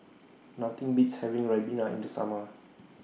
Nothing Beats having Ribena in The Summer